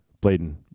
Bladen